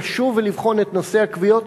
לשוב ולבחון את נושא הכוויות,